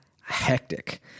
hectic